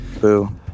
Boo